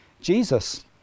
Jesus